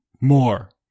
More